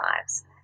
lives